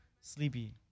sleepy